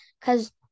cause